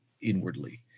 inwardly